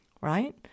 right